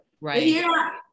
Right